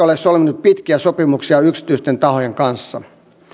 ole solminut pitkiä sopimuksia yksityisten tahojen kanssa